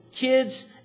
kids